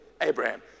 Abraham